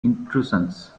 intrusions